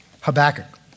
Habakkuk